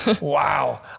Wow